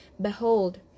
Behold